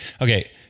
Okay